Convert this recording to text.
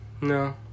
no